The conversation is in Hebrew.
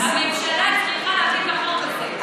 הממשלה צריכה לשים את החוק הזה,